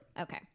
Okay